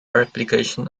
replication